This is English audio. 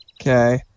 Okay